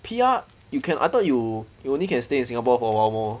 P_R you can I thought you you only can stay in Singapore for a while more